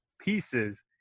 pieces